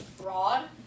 broad